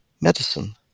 medicine